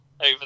over